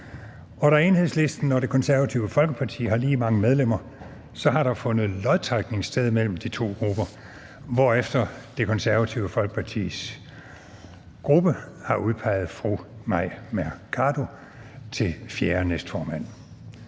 Da Enhedslisten og Det Konservative Folkeparti har lige mange medlemmer, har der fundet lodtrækning sted mellem de to grupper, hvorefter Det Konservative Folkepartis gruppe har udpeget fru Mai Mercado til fjerde næstformand.